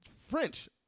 French